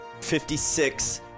56